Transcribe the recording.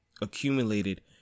accumulated